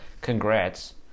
Congrats